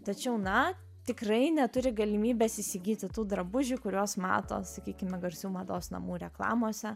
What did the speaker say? tačiau na tikrai neturi galimybės įsigyti tų drabužių kuriuos mato sakykime garsių mados namų reklamose